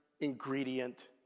ingredient